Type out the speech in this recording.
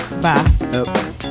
Bye